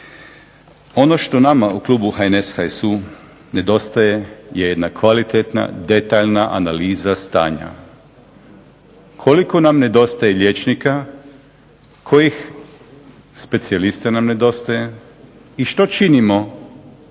Ono što nama u klubu HNS-HSU-a nedostaje je jedna kvalitetna, detaljna analiza stanja. Koliko nam nedostaje liječnika, kojih specijalista nam nedostaje i što činimo da